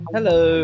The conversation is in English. Hello